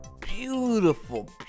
beautiful